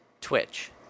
Twitch